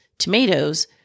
tomatoes